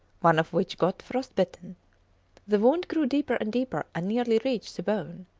one of which got frostbitten the wound grew deeper and deeper and nearly reached the bone.